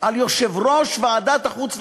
על יושב-ראש ועדת החוץ והביטחון,